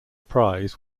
prize